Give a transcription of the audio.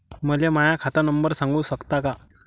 मले माह्या खात नंबर सांगु सकता का?